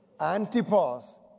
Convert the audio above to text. Antipas